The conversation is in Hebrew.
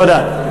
תודה.